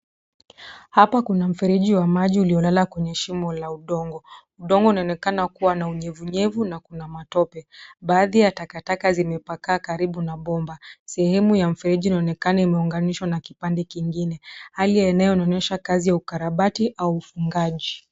Hapa kuna mfereji wa maji uliolala kwenye shimo la udongo. Udongo unaonekana kuwa na unyevunyevu na kuna matope. Baadhi ya takataka zimepakaa karibu na bomba. Sehemu ya mifereji unaonekana imeunganishwa na kipande kingine. Hali unaonyesha ukarabati au ufungaji.